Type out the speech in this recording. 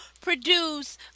produce